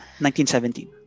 1917